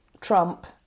Trump